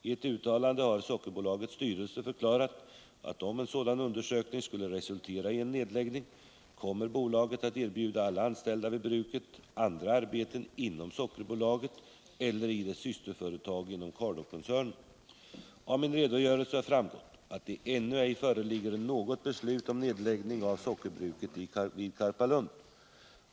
I ett uttalande har Sockerbolagets styrelse förklarat att om en sådan undersökning skulle resultera i en nedläggning kommer bolaget att erbjuda alla anställda vid bruket andra arbeten inom Sockerbolaget eller dess systerföretag inom Cardokoncernen. Av min redogörelse har framgått att det ännu ej föreligger något beslut om nedläggning av sockerbruket vid Karpalund.